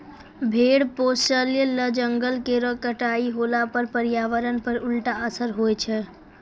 भेड़ पोसय ल जंगल केरो कटाई होला पर पर्यावरण पर उल्टा असर होय छै